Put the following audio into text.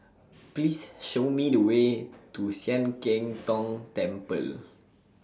Please Show Me The Way to Sian Keng Tong Temple